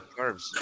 Carbs